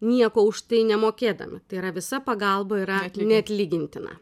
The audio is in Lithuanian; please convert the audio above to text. nieko už tai nemokėdami tai yra visa pagalba yra neatlygintina